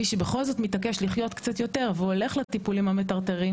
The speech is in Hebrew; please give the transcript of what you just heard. מי שבכל זאת מתעקש לחיות קצת יותר והוא הולך לטיפולים המטרטרים,